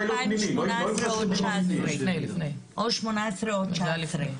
ב-2018 או 2019. זה היה לפני.